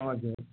okay